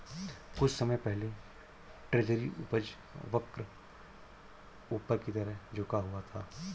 कुछ समय पहले ट्रेजरी उपज वक्र ऊपर की तरफ झुका हुआ था